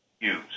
Use